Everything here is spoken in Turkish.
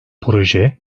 proje